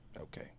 Okay